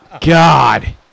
God